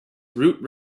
route